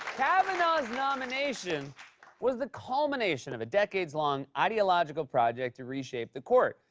kavanaugh's nomination was the culmination of a decades-long ideological project to reshape the court,